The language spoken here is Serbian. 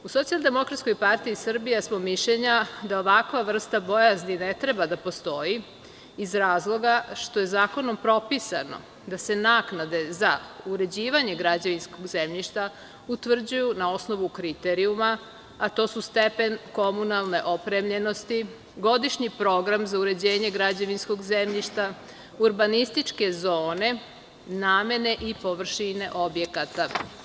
U SDPS smo mišljenja da ovakva vrsta bojazni ne treba da postoji iz razloga što je zakonom propisano da se naknade za uređivanje građevinskog zemljišta utvrđuju na osnovu kriterijuma, a to su stepen komunalne opremljenosti, godišnji program za uređenje građevinskog zemljišta, urbanističke zone, namene i površine objekata.